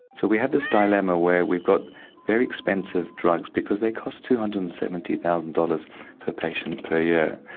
so we had this dilemma where we've got very expensive drugs, because they cost two hundred and seventy thousand dollars per patient per year,